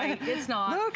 it is not.